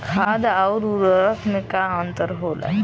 खाद्य आउर उर्वरक में का अंतर होला?